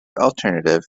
alternative